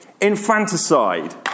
Infanticide